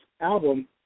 album